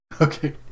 Okay